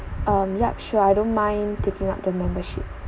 um yup sure I don't mind taking up the membership